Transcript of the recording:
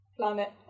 planet